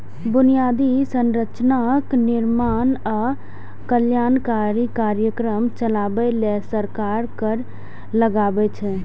बुनियादी संरचनाक निर्माण आ कल्याणकारी कार्यक्रम चलाबै लेल सरकार कर लगाबै छै